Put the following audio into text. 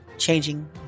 Changing